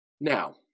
Now